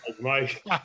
Mike